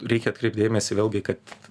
reikia atkreipt dėmesį vėlgi kad